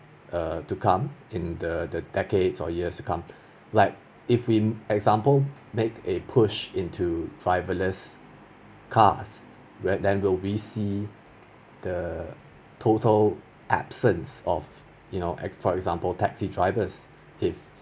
err to come in the the decades of years to come like if we example make a push into driverless cars where then will we see the total absence of